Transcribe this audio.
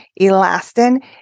elastin